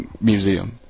museum